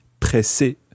pressé